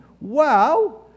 Wow